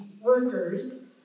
workers